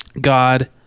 God